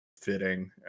fitting